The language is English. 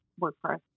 WordPress